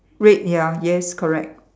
red ya yes correct